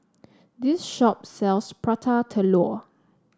this shop sells Prata Telur